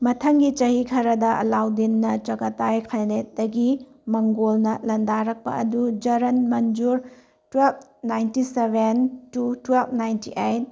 ꯃꯊꯪꯒꯤ ꯆꯍꯤ ꯈꯔꯗ ꯑꯥꯂꯥꯎꯗꯤꯟ ꯅꯠꯇ꯭ꯔꯒ ꯇꯥꯏ ꯐꯥꯏꯅꯦꯠꯇꯒꯤ ꯃꯥꯡꯒꯣꯜꯅ ꯂꯥꯟꯗꯥꯔꯛꯄ ꯑꯗꯨ ꯖꯔꯟ ꯃꯟꯖꯨꯔ twelve ninety seven to twelve ninety eight